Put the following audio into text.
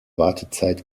wartezeit